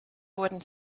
wurden